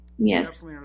Yes